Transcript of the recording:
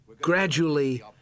gradually